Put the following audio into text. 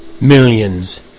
Millions